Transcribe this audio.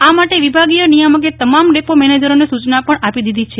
આ માટે વિભાગીય નિયામકે તમામ ડેપો મેનેજરોને સુચના પણ આપી દીધી છે